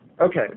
okay